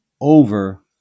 over